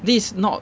this is not